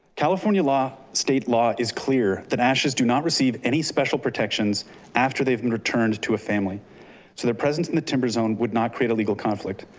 california law state law is clear that ashes do not receive any special protections after they've been returned to a family. so their presence in the timber zone would not create a legal conflict.